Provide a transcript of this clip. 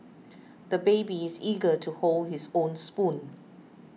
the baby is eager to hold his own spoon